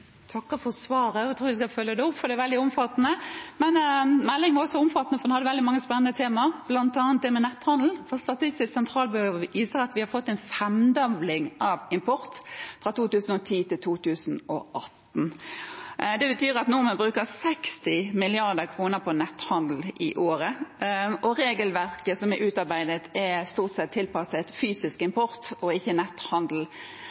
takker for svaret. Jeg tror jeg skal følge det opp, fordi det er veldig omfattende. Men meldingen er også omfattende. Den har veldig mange spennende temaer, bl.a. netthandel. Statistisk sentralbyrå viser at vi har fått en femdobling av import fra 2010 til 2018. Det betyr at nordmenn bruker 60 mrd. kr på netthandel i året. Regelverket som er utarbeidet, er stort sett tilpasset fysisk